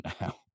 now